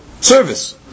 service